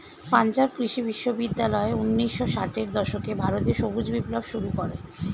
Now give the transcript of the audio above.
পাঞ্জাব কৃষি বিশ্ববিদ্যালয় ঊন্নিশো ষাটের দশকে ভারতে সবুজ বিপ্লব শুরু করে